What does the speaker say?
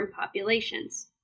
populations